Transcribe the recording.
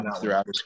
throughout